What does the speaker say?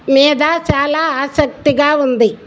మ మీద చాలా ఆసక్తిగా ఉంది